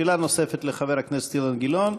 שאלה נוספת לחבר הכנסת אילן גילאון,